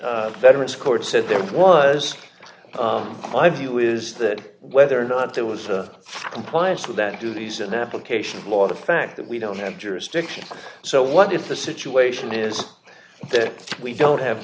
assist veterans court said that it was my view is that whether or not there was of compliance with that or do these an application of law the fact that we don't have jurisdiction so what if the situation is that we don't have